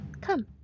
Come